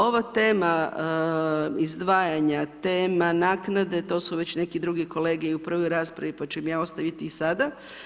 Ova tema izdvajanja, tema naknade to su već neki drugi kolege i u prvoj raspravi pa ću im ja ostaviti i sada.